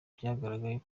byagaragaye